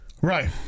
right